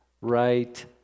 right